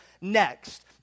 next